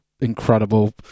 incredible